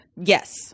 yes